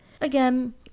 again